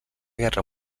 guerra